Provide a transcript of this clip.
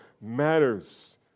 matters